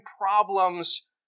problems